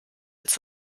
als